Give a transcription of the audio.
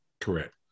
Correct